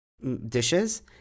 Dishes